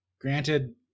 granted